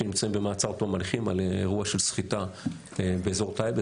שנמצאים במעצר תום הליכים על אירוע של סחיטה באזור טייבה,